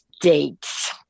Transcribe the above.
Dates